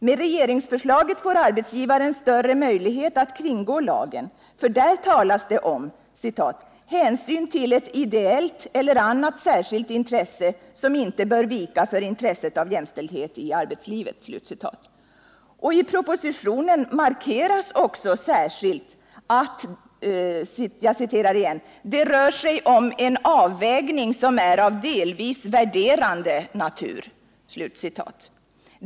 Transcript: Med regeringsförslaget får arbetsgivaren större möjlighet att kringgå lagen, för där talas det om ”hänsyn till ett ideellt eller annat särskilt intresse, som inte bör vika för intresset av jämställdhet i arbetslivet”. Och i propositionen markeras också särskilt att ”det rör sig om en avvägning som är av delvis värderande natur”.